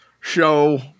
show